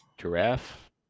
Giraffe